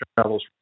travels